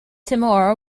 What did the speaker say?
timor